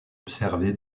observé